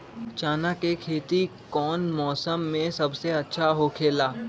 चाना के खेती कौन मौसम में सबसे अच्छा होखेला?